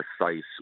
precise